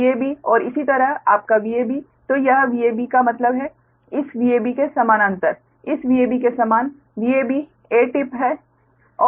Vab और इसी तरह आपका Vab तो यह Vab का मतलब है इस Vab के समानांतर इस Vab के समान Vab a टिप है